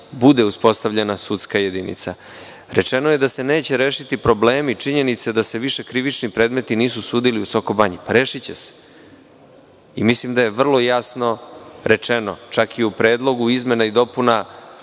bude uspostavljena sudska jedinica. Rečeno je da se neće rešiti problemi. Činjenice su da se više krivični predmeti nisu sudili u Soko Banji - rešiće se. Mislim da je vrlo jasno rečeno, čak i u predlogu izmena i dopuna